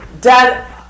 Dad